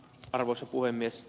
arvoisa puhemies